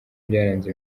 byaranze